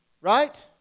right